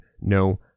no